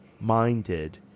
minded